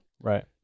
Right